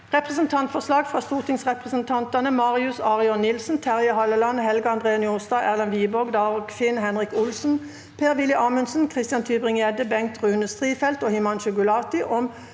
Representantforslag fra stortingsrepresentantene Marius Arion Nilsen, Terje Halleland, Helge André Njåstad, Erlend Wiborg, Dagfinn Henrik Olsen, Per-Willy Amundsen, Christian Tybring-Gjedde, Bengt Rune Strifeldt og Himanshu Gulati om